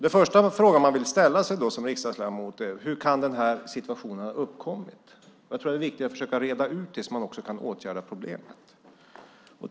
Den första fråga man då vill ställa sig är: Hur kan denna situation ha uppkommit? Det är viktigt att man försöker reda ut det så att man också kan åtgärda problemet.